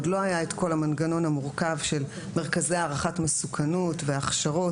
עוד לא היה את כל המנגנון המורכב של מרכזי הערכת מסוכנות והכשרות.